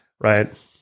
Right